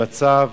במצב